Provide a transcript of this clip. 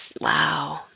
wow